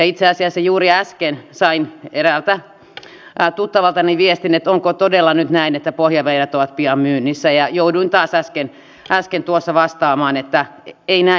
itse asiassa juuri äsken sain eräältä tuttavaltani viestin että onko todella nyt näin että pohjavedet ovat pian myynnissä ja jouduin taas äsken tuossa vastaamaan että ei näin ole